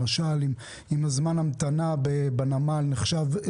למשל, אם זמן ההמתנה בנמל נחשב וכולי.